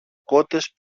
κότες